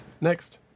Next